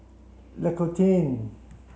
L'Occitane